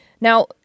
Now